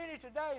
today